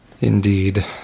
indeed